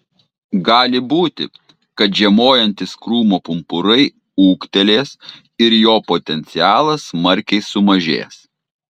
gali būti kad žiemojantys krūmo pumpurai ūgtelės ir jo potencialas smarkiai sumažės